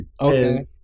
Okay